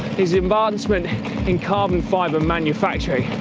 is advancement in carbon fiber manufacturing,